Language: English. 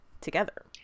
together